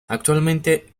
actualmente